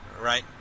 right